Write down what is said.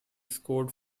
scored